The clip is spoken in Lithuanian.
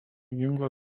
ginklų